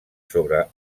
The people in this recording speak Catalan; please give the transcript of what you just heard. sobre